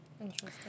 Interesting